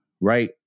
right